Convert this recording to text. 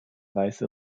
weiße